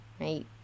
right